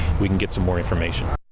we can get some more information.